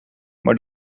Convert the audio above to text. maar